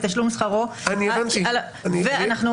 תשלום שכרו --- לצמצם אפילו עוד יותר.